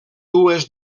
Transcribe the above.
dues